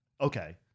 Okay